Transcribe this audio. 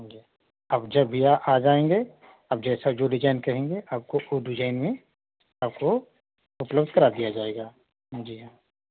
जी अब जब भी आप आ जाएँगे अब जैसा जो डिजाइन कहेंगे आपको उस डिजाइन में आपको उपलब्ध करा दिया जाएगा जी हाँ